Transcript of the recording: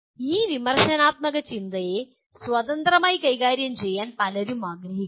ഈ വിമർശനാത്മക ചിന്തയെ സ്വതന്ത്രമായി കൈകാര്യം ചെയ്യാൻ പലരും ആഗ്രഹിക്കുന്നു